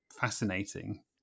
fascinating